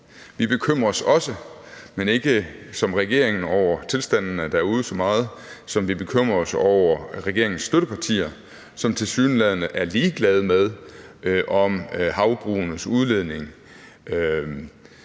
som regeringen så meget over tilstanden derude, men vi bekymrer os over regeringens støttepartier, som tilsyneladende er ligeglade med, om havbrugenes udledning